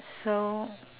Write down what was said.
so